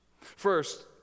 First